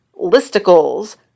listicles